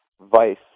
vice